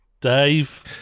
Dave